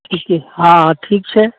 ठीके हँ ठीक छै